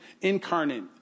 incarnate